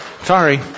Sorry